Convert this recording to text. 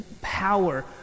power